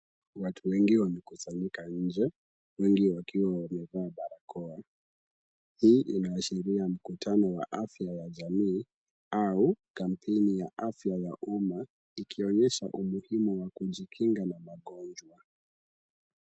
Watu wengi wamekusanyika nje, wengi wakiwa wamevaa barakoa. Hii inaashiria mkutano wa afya ya jamii au kampeni ya afya ya umma, ikionyesha umuhimu wa kujikinga na magonjwa.